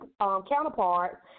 counterparts